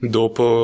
dopo